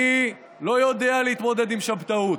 אני לא יודע להתמודד עם שבתאות.